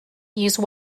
use